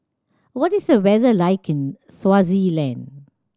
what is the weather like in Swaziland